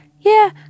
Yeah